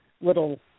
little